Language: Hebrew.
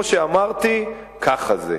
כמו שאמרתי, ככה זה.